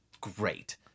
great